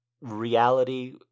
reality